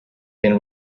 been